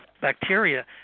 Bacteria